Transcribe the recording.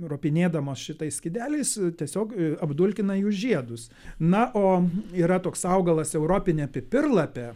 ropinėdamos šitais skydeliais tiesiog apdulkina jų žiedus na o yra toks augalas europinė pipirlapė